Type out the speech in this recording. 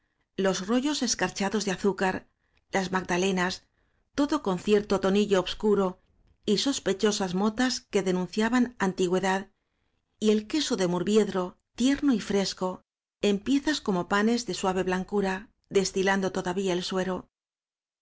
los rollos escarchados de azúcar las magdalenas todo con cierto toni llo obscuro y sospechosas motas que denun ciaban antigüedad y el queso de urviedro ñ tierno y fresco en piezas como panes de sua ve blancura destilando todavía el suero